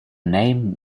name